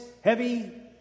heavy